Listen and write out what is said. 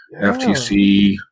FTC